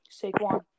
Saquon